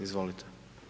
Izvolite.